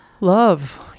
Love